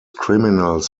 criminals